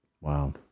Wow